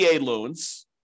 loans